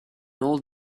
old